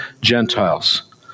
Gentiles